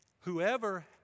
Whoever